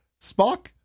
Spock